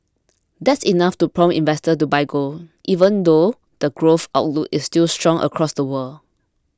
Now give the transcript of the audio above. that's enough to prompt investors to buy gold even though the growth outlook is still strong across the world